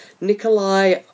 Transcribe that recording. Nikolai